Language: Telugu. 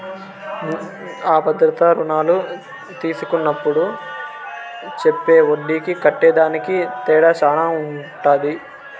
అ భద్రతా రుణాలు తీస్కున్నప్పుడు చెప్పే ఒడ్డీకి కట్టేదానికి తేడా శాన ఉంటది